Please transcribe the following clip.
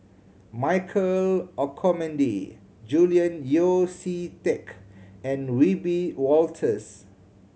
Michael Olcomendy Julian Yeo See Teck and Wiebe Wolters